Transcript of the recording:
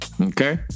Okay